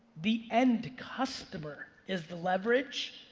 the end customer is the leverage,